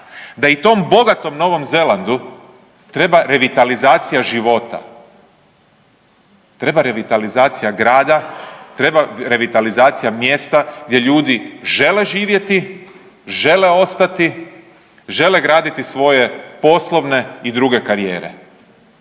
da i tom bogatom Novom Zelandu treba revitalizacija života, treba revitalizacija grada, treba revitalizacija mjesta gdje ljudi žele živjeti, žele ostati, žele graditi svoje poslovne i druge karijere.